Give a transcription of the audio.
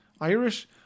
irish